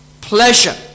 pleasure